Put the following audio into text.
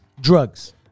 Drugs